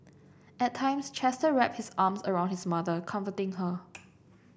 at times Chester wrap his arms around his mother comforting her